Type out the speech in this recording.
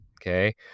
okay